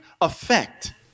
effect